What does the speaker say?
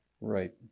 Right